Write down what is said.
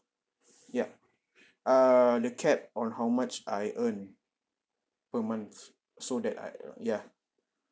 ya err the cap on how much I earn per month so that I ya